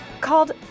called